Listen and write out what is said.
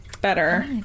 better